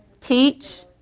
Teach